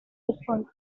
response